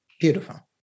Beautiful